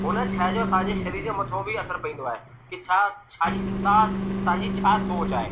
हुन शइ जो असांजे शरीर जे मथो बि असरु पवंदो आहे की छा छा छाजी छा तव्हांजी छा सोच आहे